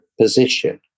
position